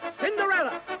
Cinderella